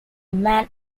man